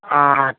আর